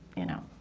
you know.